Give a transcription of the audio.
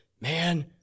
man